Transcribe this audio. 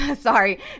sorry